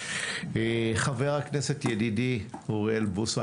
חבר הכנסת ידידי אוריאל בוסו.